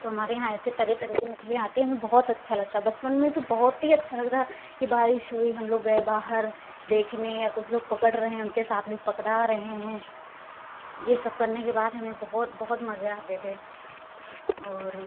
तो हमारे यहाँ ऐसे तरह तरह की मछलियां आती हैं हमें बहुत अच्छा लगता है बचपन में तो बहुत ही अच्छा लगता कि बारिश हुई हम लोग गए बाहर देखने या कुछ लोग पकड़ रहे उनके साथ पकड़ा रहे हैं ये सब करने के बाद हमें बहुत बहुत मज़ा आते थे और